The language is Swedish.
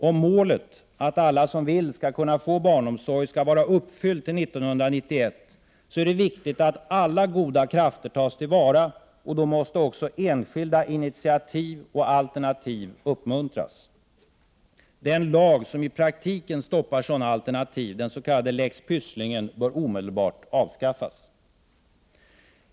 Om målet att alla som vill skall kunna få barnomsorg skall vara uppfyllt till 1991 är det viktigt att alla goda krafter tas till vara, och då måste också enskilda initiativ och alternativ uppmuntras. Den lag som i praktiken stoppar sådana alternativ, den s.k. lex Pysslingen, bör omedelbart avskaffas.